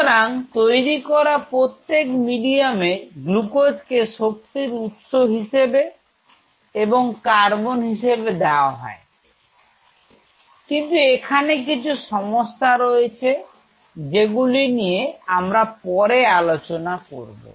সুতরাং তৈরি করা প্রত্যেক মিডিয়ামে গ্লুকোজ কে শক্তির উৎস হিসেবে এবং কার্বন হিসেবে দেয়া হয় কিন্তু এখানে কিছু সমস্যা রয়েছে যেগুলো নিয়ে আমরা পরে আলোচনা করব